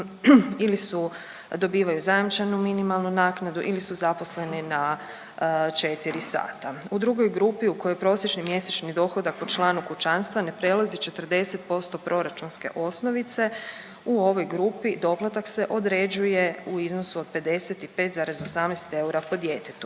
su, dobivaju zajamčenu minimalnu naknadu ili su zaposleni na 4 sata. U drugoj grupi u kojoj prosječni mjesečni dohodak po članu kućanstva ne prelazi 40% proračunske osnovice u ovoj grupi doplatak se određuje u iznosu od 55,18 eura po djetetu.